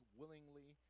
willingly